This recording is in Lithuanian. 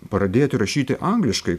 pradėti rašyti angliškai